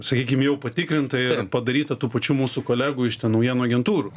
sakykim jau patikrinta ir padaryta tų pačių mūsų kolegų iš ten naujienų agentūrų